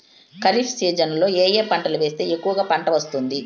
ఖరీఫ్ సీజన్లలో ఏ ఏ పంటలు వేస్తే ఎక్కువగా పంట వస్తుంది?